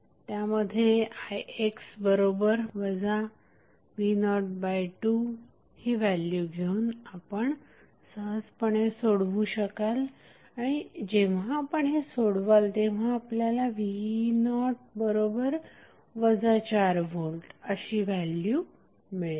त्यामध्ये ix v02 ही value घेऊन आपण सहजपणे सोडवू शकाल आणि जेव्हा हे आपण सोडवाल तेव्हा आपल्याला v0 4V अशी व्हॅल्यु मिळेल